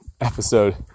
episode